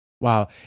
Wow